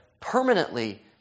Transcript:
permanently